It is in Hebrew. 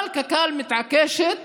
אבל קק"ל מתעקשת